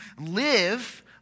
live